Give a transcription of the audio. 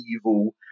evil